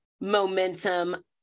momentum